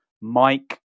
Mike